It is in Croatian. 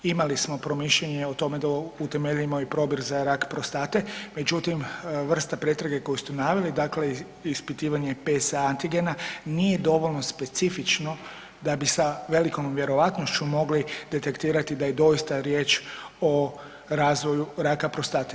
Imali smo promišljanje o tome da utemeljimo i probir za rak prostate, međutim vrsta pretrage koju ste naveli, dakle ispitivanje PSA antigena nije dovoljno specifično da bi sa velikom vjerojatnošću mogli detektirati da je doista riječ o razvoju raka prostate.